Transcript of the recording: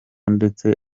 ndetse